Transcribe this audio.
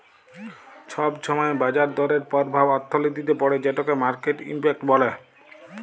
ছব ছময় বাজার দরের পরভাব অথ্থলিতিতে পড়ে যেটকে মার্কেট ইম্প্যাক্ট ব্যলে